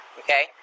okay